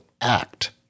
act